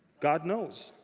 god knows.